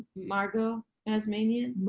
margo as mania.